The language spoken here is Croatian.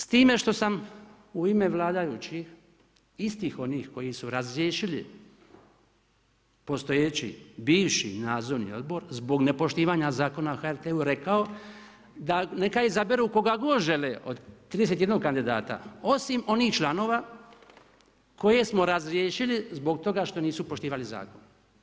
S time što sam u ime vladajućih, istih onih koji su razriješili, postojeći, bivši nadzorni odbor, zbog nepoštivanja Zakona o HRT-u rekao, da neka izaberu koga god žele, od 31 kandidata, osim onih članova, koje smo razriješili zbog toga što nisu poštivali zakon.